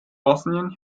bosnien